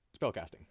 spellcasting